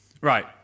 Right